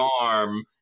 arm